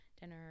dinner